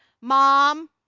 Mom